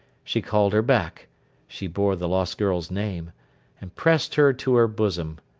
she called her back she bore the lost girl's name and pressed her to her bosom.